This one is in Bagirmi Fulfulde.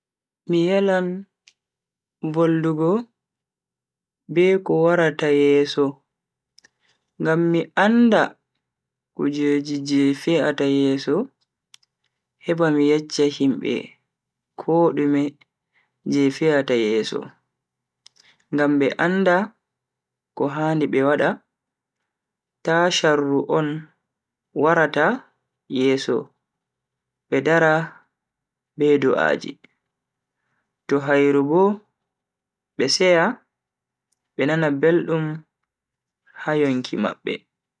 Mi yelan voldugo be ko warata yeso ngam mi anda kujeji je fe'ata yeso heba mi yeccha himbe kodume je fe'ata yeso ngam be anda ko handi be wada. ta sharru on warata yeso be dara be du'aji, to hairu bo be seya be nana beldum ha yonki mabbe.